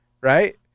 right